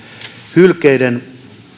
hylkeiden